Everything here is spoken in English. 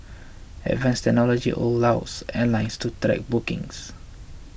advanced technology allows airlines to bookings